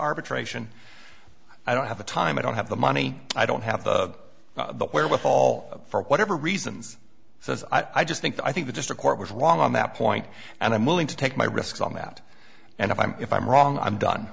arbitration i don't have the time i don't have the money i don't have the wherewithal for whatever reasons so i just think that i think the district court was wrong on that point and i'm willing to take my risks on that and if i'm if i'm wrong i'm done